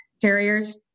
carriers